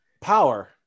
power